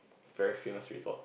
very famous result